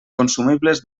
consumibles